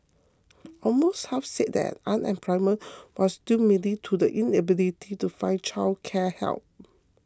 almost half said their unemployment was due mainly to the inability to find childcare help